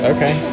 Okay